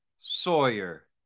Sawyer